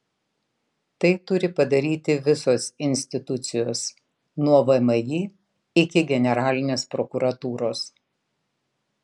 tai turi padaryti visos institucijos nuo vmi iki generalinės prokuratūros